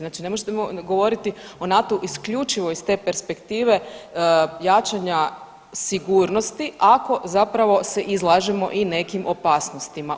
Znači ne možete govoriti o NATO-u isključivo iz te perspektive jačanja sigurnosti ako zapravo se izlažemo i nekim opasnostima.